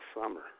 Summer